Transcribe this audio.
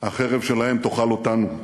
החרב שלהם תאכל אותנו.